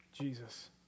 Jesus